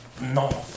No